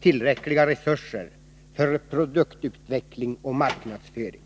tillräckliga resurser för produktutveckling och marknadsföring.